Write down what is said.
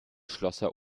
schlosser